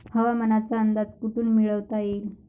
हवामानाचा अंदाज कोठून मिळवता येईन?